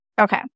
Okay